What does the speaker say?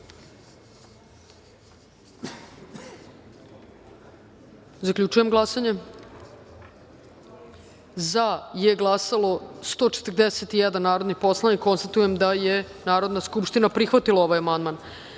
izjasne. Zaključujem glasanje: za je glasalo 140 narodnih poslanika. Konstatujem da je Narodna skupština prihvatila ovaj amandman. Na